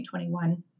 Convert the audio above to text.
2021